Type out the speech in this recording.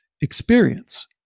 experience